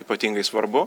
ypatingai svarbu